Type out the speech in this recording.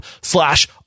slash